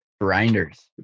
Grinders